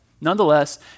nonetheless